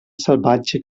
salvatge